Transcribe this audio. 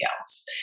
else